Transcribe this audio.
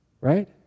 Right